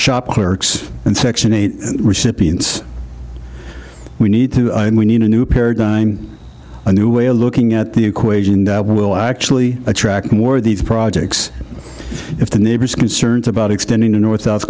shop clerks and section eight recipients we need we need a new paradigm a new way of looking at the equation that will actually attract more of these projects if the neighbors concerns about extending the north south